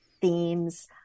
themes